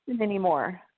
anymore